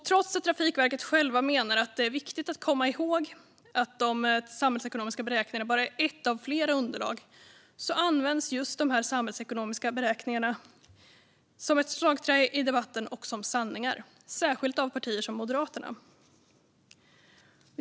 Trots att Trafikverket självt menar att det är viktigt att komma ihåg att de samhällsekonomiska beräkningarna bara är ett av flera underlag används just de samhällsekonomiska beräkningarna som slagträ i debatten och som sanningar, särskilt av partier som Moderaterna.